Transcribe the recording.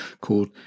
called